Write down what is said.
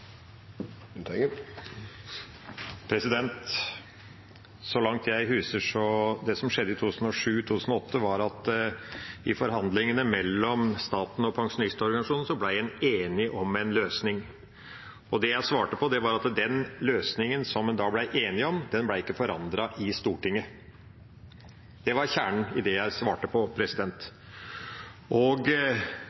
2008 at man i forhandlingene mellom staten og pensjonistorganisasjonene ble enige om en løsning. Og det jeg svarte på, var at den løsningen som man da ble enige om, den ble ikke forandret i Stortinget. Det var kjernen i det jeg svarte på.